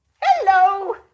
Hello